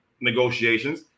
negotiations